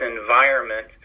environment